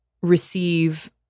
receive